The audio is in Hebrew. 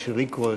אשריקו,